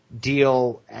Deal